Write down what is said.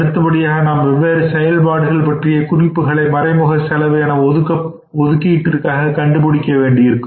அடுத்தபடியாக நாம் வெவ்வேறு செயல்பாடுகள் பற்றிய குறிப்புகளை மறைமுக செலவு என ஒதுக்கீட்டிற்காக கண்டுபிடிக்க வேண்டியிருக்கும்